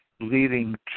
leading